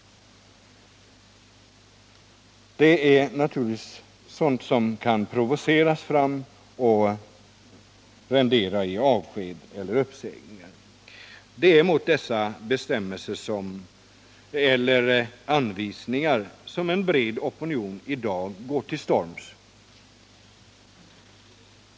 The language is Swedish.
Sådant kan naturligtvis provoceras fram och leda till avsked eller uppsägning. Det är mot dessa bestämmelser eller anvisningar som en bred opinion i dag går till storms.